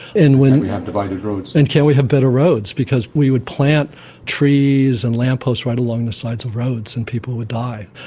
and can't we have divided roads. and can't we have better roads, because we would plant trees and lamp posts right along the sides of roads and people would die.